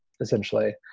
essentially